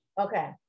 Okay